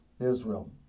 Israel